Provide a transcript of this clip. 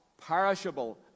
Perishable